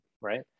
right